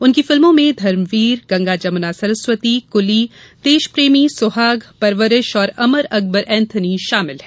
उनकी फिल्मों में धर्मवीर गंगा जमुना सरस्वती कुली देशप्रेमी सुहाग परवरिश और अमर अकबर एंथनी शामिल हैं